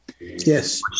Yes